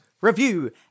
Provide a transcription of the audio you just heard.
review